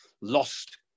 lost